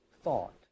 thought